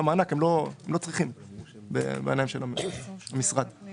למענק כי בעיניים של המשרד הם לא צריכים אותו.